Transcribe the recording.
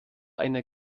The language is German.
einer